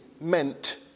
meant